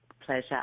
Pleasure